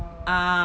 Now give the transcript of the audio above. oh